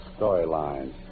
storylines